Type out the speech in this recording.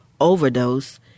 overdose